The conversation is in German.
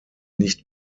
nicht